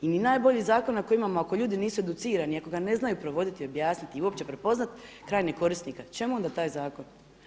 I ni najbolji zakon ako imamo ako ljudi nisu educirani i ako ga ne znaju provoditi i objasniti i uopće prepoznati krajnjeg korisnika čemu onda taj zakon?